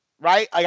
right